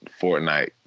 Fortnite